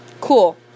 Cool